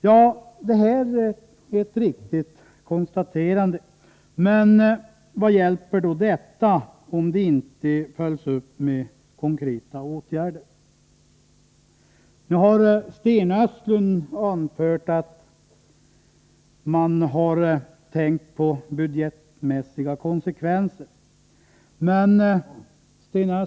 Ja, det är ett riktigt konstaterande, men vad hjälper detta om inte det hela följs upp med konkreta åtgärder? Sten Östlund har i dag anfört att man tänkt på de budgetmässiga konsekvenserna.